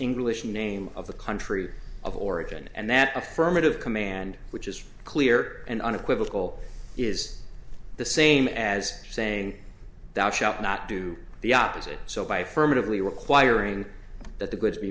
english name of the country of origin and that affirmative command which is clear and unequivocal is the same as saying that it shall not do the opposite so by fermat of the requiring that the goods be